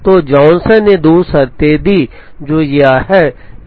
तो जॉनसन ने दो शर्तें दीं जो यह हैं